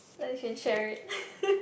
then you can share it